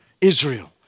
Israel